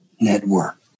Network